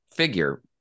figure